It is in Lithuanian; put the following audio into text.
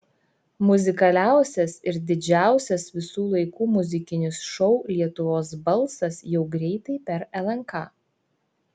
muzikaliausias ir didžiausias visų laikų muzikinis šou lietuvos balsas jau greitai per lnk